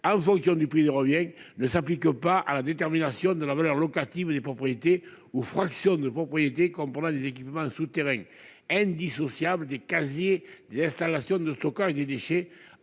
qui ont du prix de revient ne s'applique pas à la détermination de la valeur locative des propriétés ou propriété comprenant des équipements souterrains indissociable des casiers, des installations de stockage des déchets